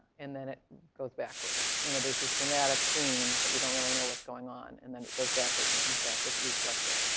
and then it goes backwards. you know there's this dramatic scene, but you don't really know what's going on. and then it goes backwards and comes back, this e structure,